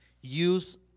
Use